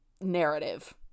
narrative